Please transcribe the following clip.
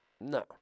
No